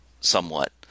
somewhat